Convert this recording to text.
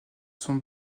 sont